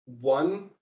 one